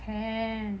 can